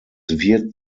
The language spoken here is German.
wird